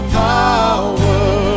power